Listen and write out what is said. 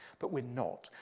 but we're not.